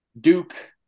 Duke